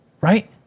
Right